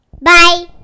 Bye